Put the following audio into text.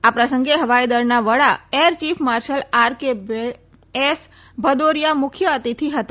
આ પ્રસંગે હવાઇદળના વડા air chief marshal R K S Bhadauria મુખ્ય અતિથિ હતા